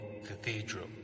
cathedral